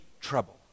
trouble